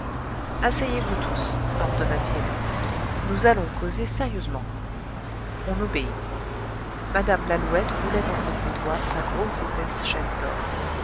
asseyez-vous tous ordonna-t-il nous allons causer sérieusement on obéit mme lalouette roulait entre ses doigts sa grosse épaisse chaîne d'or